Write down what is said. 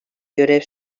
görev